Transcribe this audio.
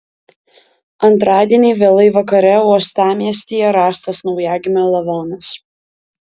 antradienį vėlai vakare uostamiestyje rastas naujagimio lavonas